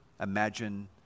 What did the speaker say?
imagine